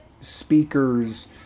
speakers